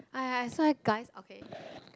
!aiya! I swear guys okay